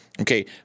Okay